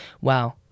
Wow